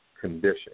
condition